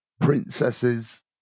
princesses